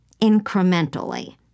incrementally